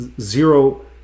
zero